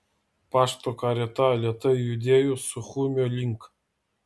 pašto karieta lėtai judėjo suchumio link